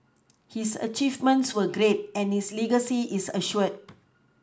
his achievements were great and his legacy is assured